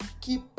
keep